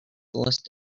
list